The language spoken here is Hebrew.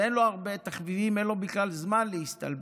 אין לו הרבה תחביבים, אין לו בכלל זמן להסתלבט.